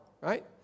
Right